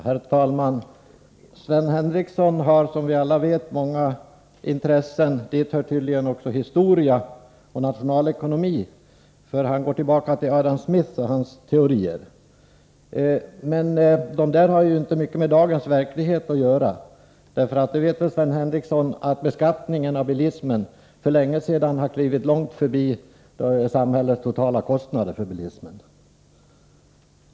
Herr talman! Sven Henricsson har som vi alla vet många intressen. Dit hör Torsdagen den tydligen också historia och nationalekonomi — han gick tillbaka till Adam 17 maj 1984 Smith och hans teorier. Men de har ju inte mycket med dagens verklighet att göra. Sven Henricsson vet väl också att beskattningen av bilismen för länge sedan har klivit långt förbi samhälles totala kostnader för bilismen.